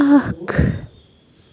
اکھ